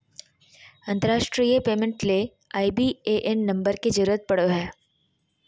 अंतरराष्ट्रीय पेमेंट ले IBAN number के जरूरत पड़ो हय